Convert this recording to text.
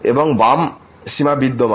এবং বাম সীমা বিদ্যমান